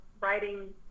writing